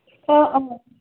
অঁ অঁ